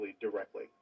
directly